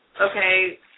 Okay